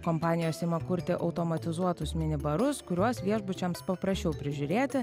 kompanijos ima kurti automatizuotus mini barus kuriuos viešbučiams paprasčiau prižiūrėti